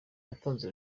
yatanze